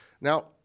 Now